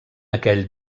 aquell